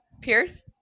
pierce